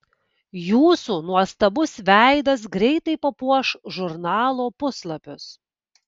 jūsų nuostabus veidas greitai papuoš žurnalo puslapius